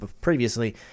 previously